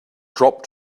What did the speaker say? drop